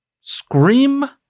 scream